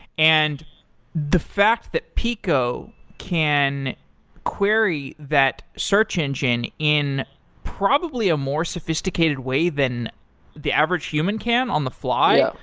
and the fact that peeqo can query that search engine in probably a more sophisticated way than the average human can on the fly. ah